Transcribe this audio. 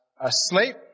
asleep